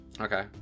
Okay